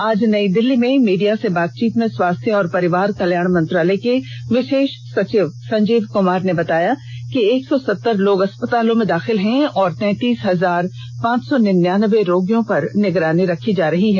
आज नई दिल्ली में मीडिया से बातचीत में स्वास्थ्य और परिवार कल्याण मंत्रालय के विशेष सचिव संजीवा कुमार ने बताया कि एक सौ सतर लोग अस्पतालों में दाखिल हैं और तैंतीस हजार पांच सौ निन्यानबे रोगियों पर निगरानी रखी जा रही है